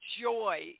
joy